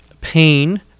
pain